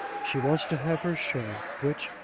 she wants to have her share, which,